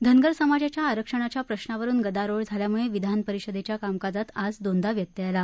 धनगर समाजाच्या आरक्षणाच्या प्रश्नावरून गदारोळ झाल्यामुळे विधानपरिषदेच्या कामकाजात आज दोनदा व्यत्यय आला